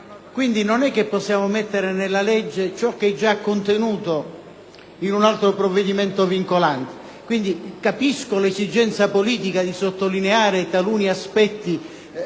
Non è che possiamo inserire nella legge ciò che è già contenuto in un altro provvedimento vincolante. Capisco l'esigenza politica di sottolineare taluni aspetti